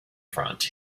front